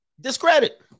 Discredit